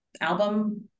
album